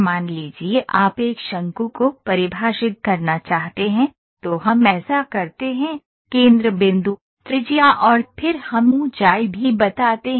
मान लीजिए आप एक शंकु को परिभाषित करना चाहते हैं तो हम ऐसा करते हैं केंद्र बिंदु त्रिज्या और फिर हम ऊंचाई भी बताते हैं